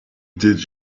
did